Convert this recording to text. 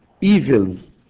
evils